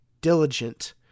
diligent